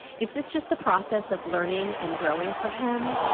is this just the process of learning and growing for him?